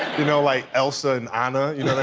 you know, like elsa and anna. yeah,